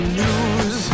news